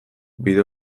bide